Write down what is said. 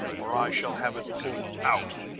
or i shall have it pulled out!